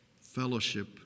Fellowship